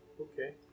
Okay